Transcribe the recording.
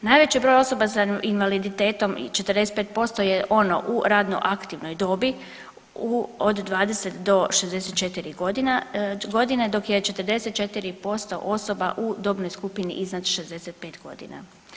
Najveći broj osoba sa invaliditetom 45% je ono u radno aktivnoj dobi od 20 do 64 godine, dok je 44% osoba u dobnoj skupini iznad 65 godina.